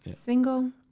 single